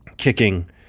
Kicking